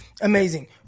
amazing